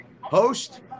host